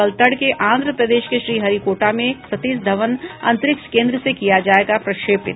कल तड़के आन्ध्रप्रदेश के श्रीहरिकोटा में सतीश धवन अंतरिक्ष केन्द्र से किया जायेगा प्रक्षेपित